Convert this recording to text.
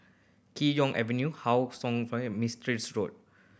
Kee Choe Avenue How fire Mistri Road